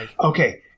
Okay